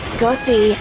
Scotty